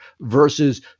versus